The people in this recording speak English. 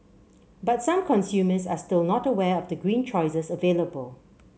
but some consumers are still not aware of the green choices available